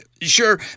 Sure